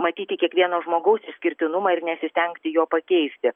matyti kiekvieno žmogaus išskirtinumą ir nesistengti jo pakeisti